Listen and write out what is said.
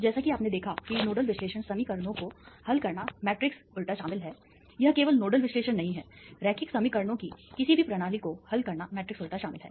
जैसा कि आपने देखा कि नोडल विश्लेषण समीकरणों को हल करना मैट्रिक्स उलटा शामिल है यह केवल नोडल विश्लेषण नहीं है रैखिक समीकरणों की किसी भी प्रणाली को हल करना मैट्रिक्स उलटा शामिल है